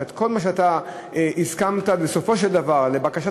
שכל מה שאתה הסכמת בסופו של דבר לבקשת